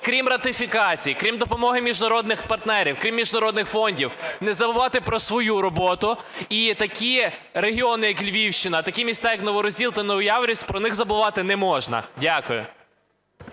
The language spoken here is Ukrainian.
крім ратифікацій, крім допомоги міжнародних партнерів, крім міжнародних фондів, не забувати про свою роботу. І такі регіони, як Львівщина, такі міста, як Новий Розділ та Новояворівськ, про них забувати не можна. Дякую.